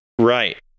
Right